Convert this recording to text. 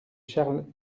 charles